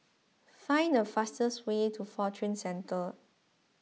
find the fastest way to Fortune Centre